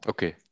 Okay